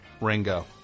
Ringo